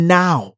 now